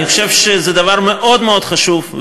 אני חושב שזה דבר מאוד מאוד חשוב,